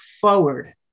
forward